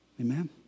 Amen